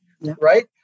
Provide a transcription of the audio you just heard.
Right